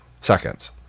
seconds